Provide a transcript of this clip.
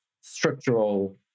structural